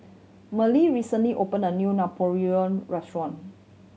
Marlee recently opened a new restaurant